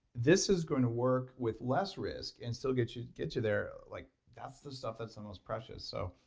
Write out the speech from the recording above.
this is going to work with less risk and still get you get you there, i'm like that's the stuff that's the most precious. so